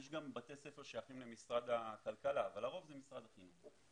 יש גם בתי ספר ששייכים למשרד הכלכלה אבל לרוב זה משרד החינוך.